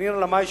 לנירה לאמעי,